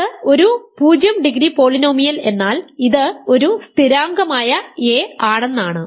ഇത് ഒരു 0 degree polynomial എന്നാൽ ഇത് ഒരു സ്ഥിരാങ്കമായ a ആണെന്നാണ്